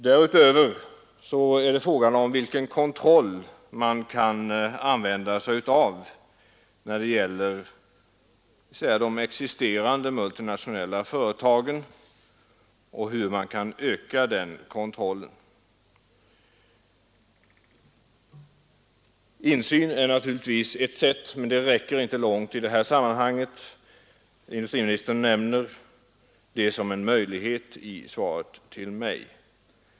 Därutöver är frågan vilken kontroll man kan använda när det gäller de existerande multinationella företagen. Insyn är naturligtvis ett sätt, men det räcker inte långt i sammanhanget. Industriministern nämner det som en möjlighet i svaret till mig.